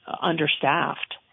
understaffed